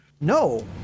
No